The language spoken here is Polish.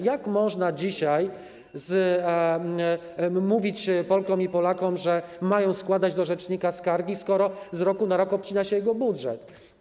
Jak można dzisiaj mówić Polkom i Polakom, że mają składać do rzecznika skargi, skoro z roku na rok obcina się jego budżet?